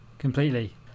completely